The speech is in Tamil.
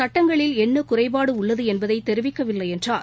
சட்டங்களில் என்ன குறைபாடு உள்ளது என்பதை தெரிவிக்கவில்லை என்றார்